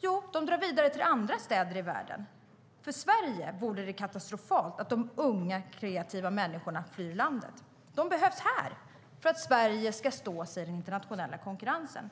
Jo, de drar vidare till andra städer i världen. För Sverige vore det katastrofalt att de unga, kreativa människorna flyr landet. De behövs här för att Sverige ska stå sig i den internationella konkurrensen.